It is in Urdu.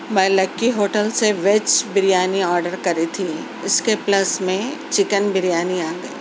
میں لکی ہوٹل سے ویج بریانی آرڈر کی تھی اِس کے پلس میں چکن بریانی آ گئی